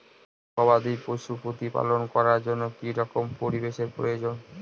গবাদী পশু প্রতিপালন করার জন্য কি রকম পরিবেশের প্রয়োজন?